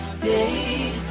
day